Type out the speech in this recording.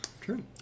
true